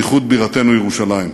איחוד בירתנו ירושלים.